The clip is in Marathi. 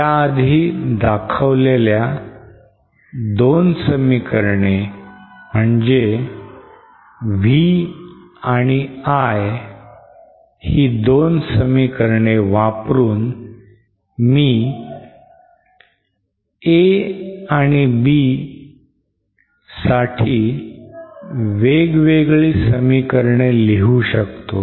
ह्याआधी दाखवलेल्या दोन समीकरणे म्हणजे V आणि I ही दोन समीकरणे वापरून मी a आणि b साठी वेगवेगळी समीकरणे लिहू शकतो